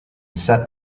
set